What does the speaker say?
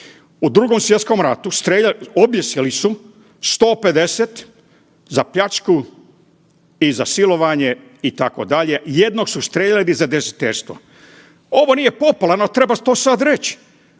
U Drugom svjetskom ratu objesili su 150 za pljačku i za silovanje itd., jednog su strijeljali za dezerterstvo. Ovo nije popularno treba to sad reć.